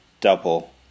double